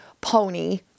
pony